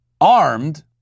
armed